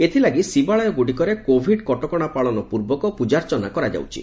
ଏଥିଲାଗି ଶିବାଳୟଗୁଡ଼ିକରେ କୋଭିଡ କଟକଣା ପାଳନ ପୂର୍ବକ ପ୍ରଜାର୍ଚ୍ଚନା କରାଯାଉଛି